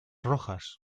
rojas